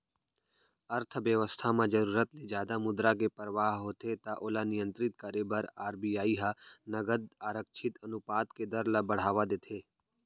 अर्थबेवस्था म जरुरत ले जादा मुद्रा के परवाह होथे त ओला नियंत्रित करे बर आर.बी.आई ह नगद आरक्छित अनुपात के दर ल बड़हा देथे